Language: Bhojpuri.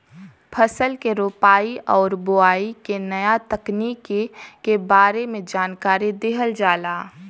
फसल के रोपाई आउर बोआई के नया तकनीकी के बारे में जानकारी दिहल जाला